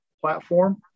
platform